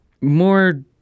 more